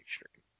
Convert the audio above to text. extreme